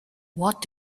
what